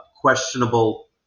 questionable